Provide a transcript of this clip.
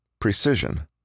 Precision